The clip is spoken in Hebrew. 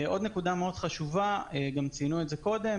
עוד נקודה חשובה שצוינה כבר קודם.